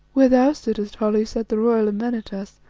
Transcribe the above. where thou sittest, holly, sat the royal amenartas,